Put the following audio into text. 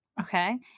Okay